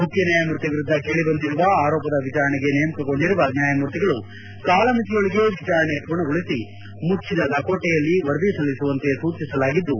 ಮುಖ್ಯ ನ್ಹಾಯಮೂರ್ತಿ ವಿರುದ್ದ ಕೇಳಿ ಬಂದಿರುವ ಆರೋಪದ ವಿಚಾರಣೆಗೆ ನೇಮಕಗೊಂಡಿರುವ ನ್ಹಾಯಮೂರ್ತಿಗಳು ಕಾಲಮಿತಿಯೊಳಗೆ ವಿಚಾರಣೆ ಪೂರ್ಣಗೊಳಿಸಿ ಮುಚ್ಚದ ಲಕೋಟೆಯಲ್ಲಿ ವರದಿ ಸಲ್ಲಿಸುವಂತೆ ಸೂಚಿಸಲಾಗಿದ್ದು